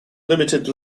limited